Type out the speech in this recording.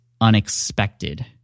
unexpected